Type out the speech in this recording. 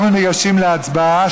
אנחנו ניגשים להצבעה,